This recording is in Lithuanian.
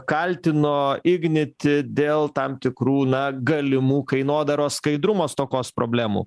kaltino ignitį dėl tam tikrų na galimų kainodaros skaidrumo stokos problemų